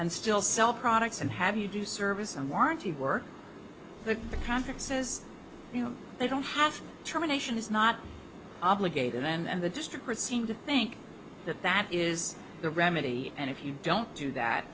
and still sell products and have you do service and warranty work that the contract says you know they don't have terminations not obligated then and the district court seem to think that that is the remedy and if you don't do that